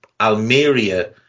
Almeria